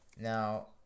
Now